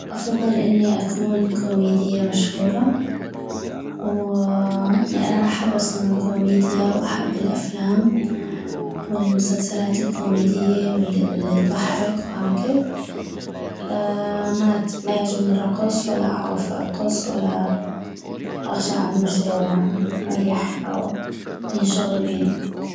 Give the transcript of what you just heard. افضل اني اكون كوميدية مشهورة ولان احب اصلا الكوميدية واحب الافلام والمسلسلات الكوميدي الي تضحك وهكذ ما يعجبني الرقص ولا اعغف ارقص ولا اغشع انو شي يعني مليح او ينشغل بينو